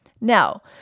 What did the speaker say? Now